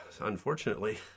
unfortunately